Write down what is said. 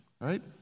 right